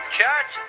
Church